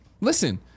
listen